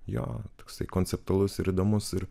jo toksai konceptualus ir įdomus ir